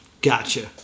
Gotcha